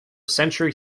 century